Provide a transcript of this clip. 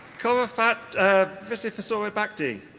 korraphat visessurabhakdi.